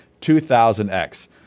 2000X